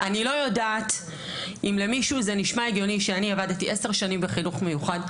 אני לא יודעת אם למישהו זה נשמע הגיוני שעבדתי עשר שנים בחינוך מיוחד,